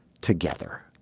together